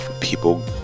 people